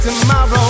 tomorrow